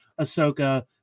ahsoka